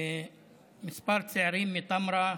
כמה צעירים מטמרה,